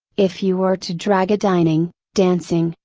if you were to drag a dining, dancing,